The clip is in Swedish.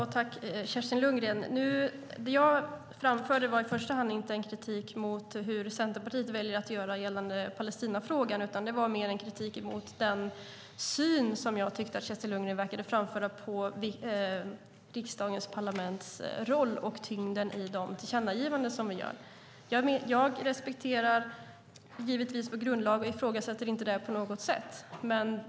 Herr talman! Det jag framförde var i första hand inte en kritik mot hur Centerpartiet väljer att göra gällande Palestinafrågan, utan det var mer en kritik mot den syn som jag tyckte att Kerstin Lundgren verkade framföra om riksdagens roll och tyngden i de tillkännagivanden som vi gör. Jag respekterar givetvis vår grundlag och ifrågasätter inte den på något sätt.